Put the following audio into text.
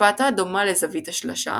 השפעתה דומה לזווית השלשה,